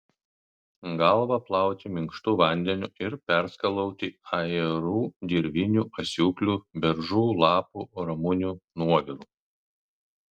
galvą plauti minkštu vandeniu ir perskalauti ajerų dirvinių asiūklių beržų lapų ramunių nuoviru